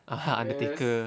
aha undertaker